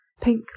Pink